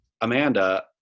Amanda